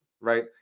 right